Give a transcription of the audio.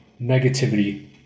negativity